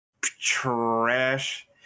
trash